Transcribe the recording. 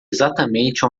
exatamente